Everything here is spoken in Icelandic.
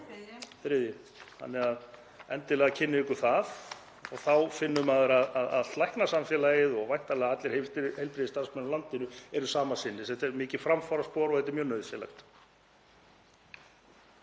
þannig að endilega kynnið ykkur það og þá finnur maður að allt læknasamfélagið og væntanlega allir heilbrigðisstarfsmenn í landinu eru sama sinnis. Þetta er mikið framfaraspor og þetta er mjög nauðsynlegt.